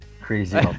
Crazy